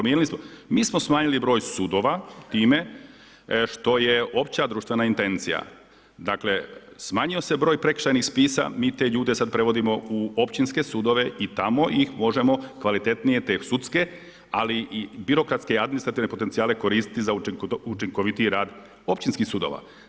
Mi smo smanjili broj sudova, time, što je opća društvena intencija, dakle, smanjio se broj prekršajnih spisa, mi te ljude sada prevodimo u općinske sudove i tamo ih možemo, kvalitetnije te sudske ali i birokratske i administrativne potencijale koristiti za učinkovitiji rado općinskih sudova.